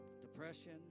depression